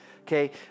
okay